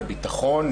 לביטחון,